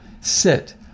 sit